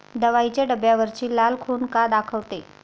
दवाईच्या डब्यावरची लाल खून का दाखवते?